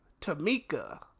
Tamika